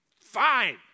Fine